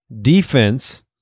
defense